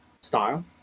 style